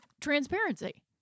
transparency